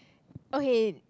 okay